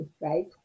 right